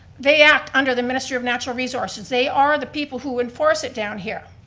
they act under the ministry of natural resources. they are the people who enforce it down here,